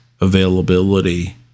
availability